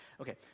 Okay